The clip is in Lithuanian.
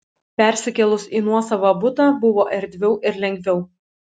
persikėlus į nuosavą butą buvo erdviau ir lengviau